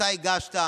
שאתה הגשת